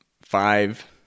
five